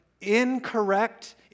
incorrect